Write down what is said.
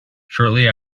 shortly